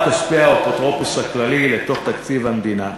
כספי האפוטרופוס הכללי לתקציב המדינה.